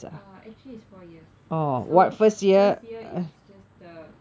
actually it's four years so first year is just the